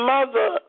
Mother